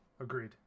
Agreed